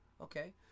Okay